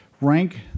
rank